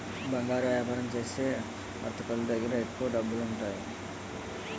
బంగారు వ్యాపారం చేసే వర్తకులు దగ్గర ఎక్కువ డబ్బులుంటాయి